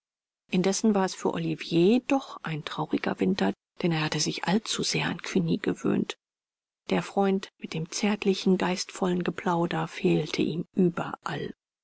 indessen war es für olivier doch ein trauriger winter denn er hatte sich allzu sehr an cugny gewöhnt der freund mit dem zärtlichen geistvollen geplauder fehlte ihm überall